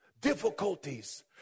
difficulties